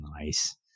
nice